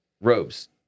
robes